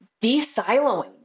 de-siloing